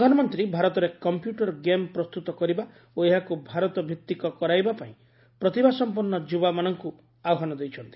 ପ୍ରଧାନମନ୍ତ୍ରୀ ଭାରତରେ computer game ପ୍ରସ୍ତୁତ କରିବା ଓ ଏହାକୁ ଭାରତ ଭିତ୍ତିକ କରାଇବା ପାଇଁ ପ୍ରତିଭାସଂପନ୍ନ ଯୁବାମାନଙ୍କୁ ଆହ୍ୱାନ ଦେଇଛନ୍ତି